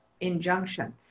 injunction